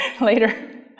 later